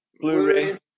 Blu-ray